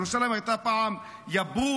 ירושלים הייתה פעם יבוס,